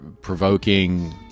provoking